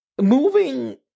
moving